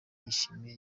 yishimira